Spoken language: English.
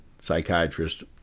psychiatrist